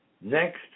Next